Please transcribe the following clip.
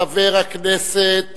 חבר הכנסת